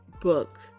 book